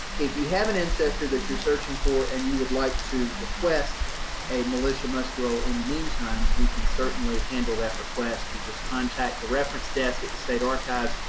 if you have an ancestor that you're searching for and you would like to request a militia muster roll in the meantime, we can certainly handle that request. you just contact the reference desk at the state archives,